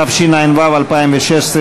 התשע"ו 2016,